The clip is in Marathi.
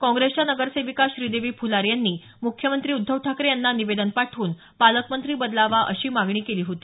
काँग्रेसच्या नगरसेविका श्रीदेवी फुलारे यांनी मुख्यमंत्री उध्दव ठाकरे यांना निवेदन पाठवून पालकमंत्री बदलावा अशी मागणी केली होती